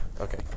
Okay